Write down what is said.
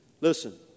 Listen